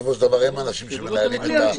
בסופו של דבר הם האנשים שמנהלים את האירוע.